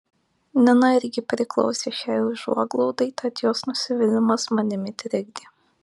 nina irgi priklausė šiai užuoglaudai tad jos nusivylimas manimi trikdė